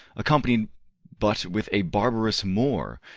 accompanied but with a barbarous moor,